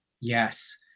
Yes